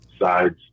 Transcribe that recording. sides